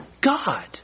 God